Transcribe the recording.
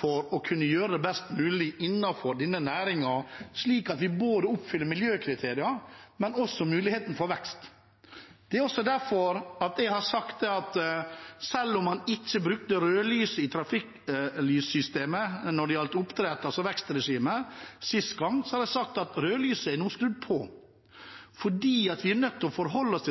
for å kunne gjøre det best mulig innenfor denne næringen, slik at vi både oppfyller miljøkriteriene og skaper mulighet for vekst. Det er derfor jeg har sagt at selv om man ikke brukte det røde lyset i trafikklyssystemet når det gjaldt oppdrett – altså vekstregimet – sist gang, er det røde lyset nå skrudd på, for